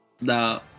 No